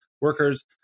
workers